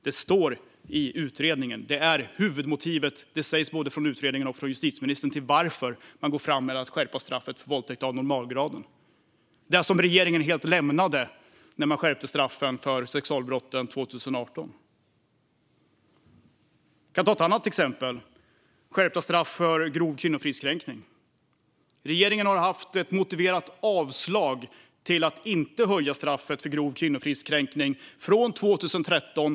Det står i utredningen, och justitieministern säger, att det är huvudmotivet till att skärpa straffet för våldtäkt av normalgraden. Det är en punkt som regeringen helt lämnade när straffen för sexualbrott skärptes 2018. Jag kan ta ett annat exempel, nämligen skärpta straff för grov kvinnofridskränkning. Regeringen har haft ett motiverat avslag till att inte höja straffet för grov kvinnofridskränkning från 2013.